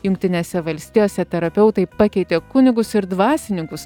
jungtinėse valstijose terapeutai pakeitė kunigus ir dvasininkus